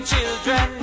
Children